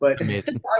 amazing